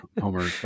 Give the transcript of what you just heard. Homer